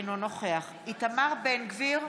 אינו נוכח איתמר בן גביר,